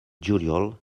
juliol